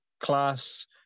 class